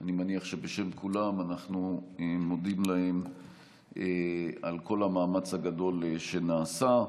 ואני מניח שבשם כולם אנחנו מודים להם על כל המאמץ הגדול שנעשה.